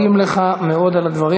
אנחנו מודים לך מאוד על הדברים.